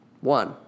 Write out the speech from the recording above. One